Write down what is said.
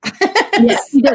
Yes